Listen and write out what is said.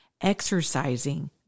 exercising